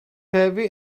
heavy